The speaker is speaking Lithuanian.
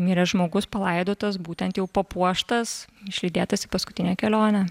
miręs žmogus palaidotas būtent jau papuoštas išlydėtas į paskutinę kelionę